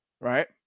right